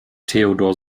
theodor